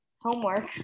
Homework